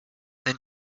then